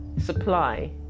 supply